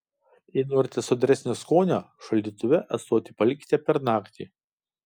jei norite sodresnio skonio šaldytuve ąsotį palikite per naktį